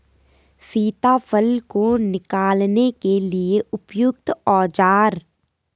सीताफल को निकालने के लिए उपयुक्त औज़ार?